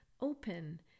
open